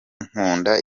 nkunda